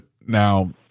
now